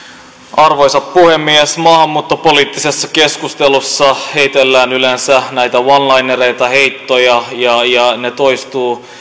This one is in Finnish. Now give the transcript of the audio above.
arvoisa puhemies maahanmuuttopoliittisessa keskustelussa heitellään yleensä näitä one linereita heittoja ja ja ne toistuvat